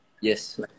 Yes